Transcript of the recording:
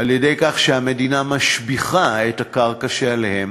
על-ידי כך שהמדינה משביחה את הקרקע שלהם.